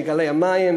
מגלי המים,